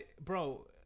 bro